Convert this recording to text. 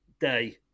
day